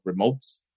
remotes